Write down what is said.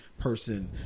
person